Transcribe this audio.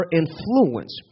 influence